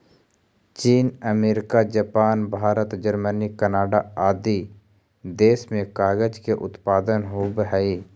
चीन, America, Japan, Bharat, Germany, Canada आदि देश में कागज के उत्पादन होवऽ हई